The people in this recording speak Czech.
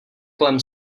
kolem